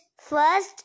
first